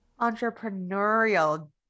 entrepreneurial